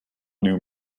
new